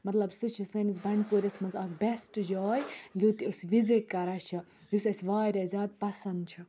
مَطلب سُہ چھِ سٲنِس بَنڈپوٗرِس مَنٛز اَکھ بیٚسٹ جاے یوٚت أسۍ وِزِٹ کَران چھِ یُس اَسہِ واریاہ زیادٕ پَسنٛد چھُ